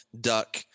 duck